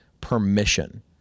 permission